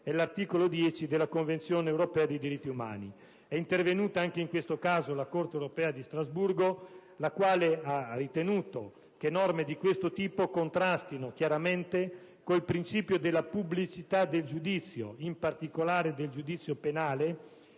e l'articolo 10 della Convenzione europea dei diritti umani.